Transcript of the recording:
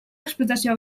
explotació